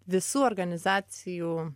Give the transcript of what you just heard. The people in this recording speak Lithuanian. visų organizacijų